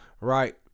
right